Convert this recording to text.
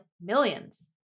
millions